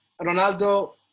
Ronaldo